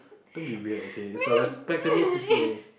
don't be weird okay it's a respectable C_C_A